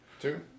Two